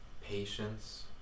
patience